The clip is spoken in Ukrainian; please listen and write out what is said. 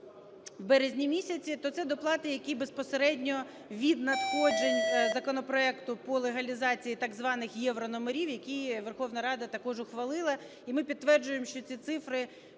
в березні місяці, то це доплати, які безпосередньо від надходжень законопроекту по легалізації так званихєврономерів, які Верховна Рада також ухвалила. І ми підтверджуємо, що ці цифри,